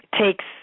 takes